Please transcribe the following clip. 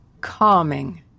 calming